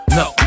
no